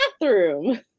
bathroom